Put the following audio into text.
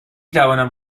توانم